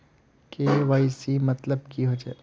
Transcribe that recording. KYC मतलब की होचए?